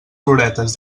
floretes